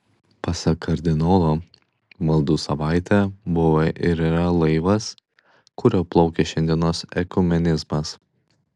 pasak kardinolo maldų savaitė buvo ir yra laivas kuriuo plaukia šiandienos ekumenizmas